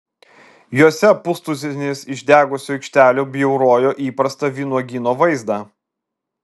jose pustuzinis išdegusių aikštelių bjaurojo įprastą vynuogyno vaizdą